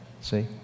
See